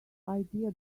idea